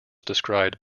described